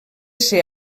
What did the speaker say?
ser